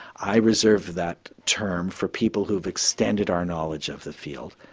i reserve that term for people who have extended our knowledge of the field.